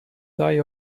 die